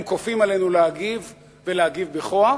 הם כופים עלינו להגיב ולהגיב בכוח,